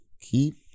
keep